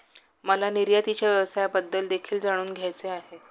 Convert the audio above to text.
मला निर्यातीच्या व्यवसायाबद्दल देखील जाणून घ्यायचे आहे